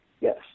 yes